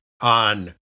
on